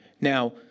Now